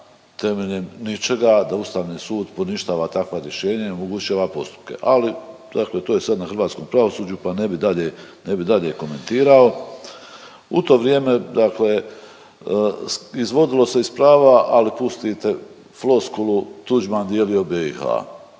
temeljem ničega da Ustavni sud poništava takva rješenja i onemogućava postupke, ali dakle to je sad na hrvatskom pravosuđu, pa ne bi dalje, ne bi dalje komentirao. U to vrijeme dakle izvodilo se iz prava, ali pustite floskulu, Tuđman dijelio BiH,